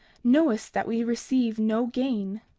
knowest that we receive no gain?